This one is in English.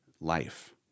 life